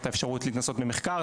את האפשרות להתנסות במחקר.